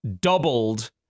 doubled